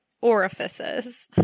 orifices